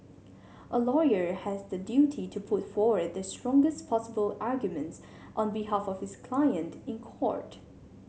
a lawyer has the duty to put forward the strongest possible arguments on behalf of his client in court